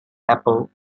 apple